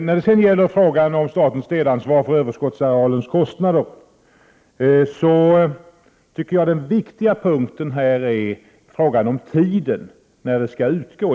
När det sedan gäller statens delansvar för överskottsarealens kostnader tycker jag att den viktiga punkten är frågan om tiden när ersättning skall utgå.